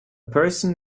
person